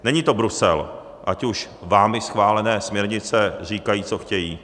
Není to Brusel, ať už vámi schválené směrnice říkají, co chtějí.